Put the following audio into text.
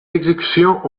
exécutions